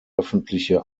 öffentliche